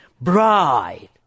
bride